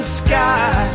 sky